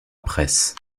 presse